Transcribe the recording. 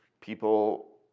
people